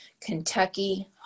Kentucky